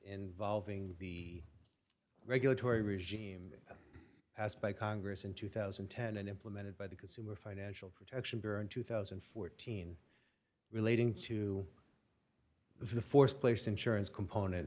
involving the regulatory regime asked by congress in two thousand and ten and implemented by the consumer financial protection bureau in two thousand and fourteen relating to the fourth place insurance component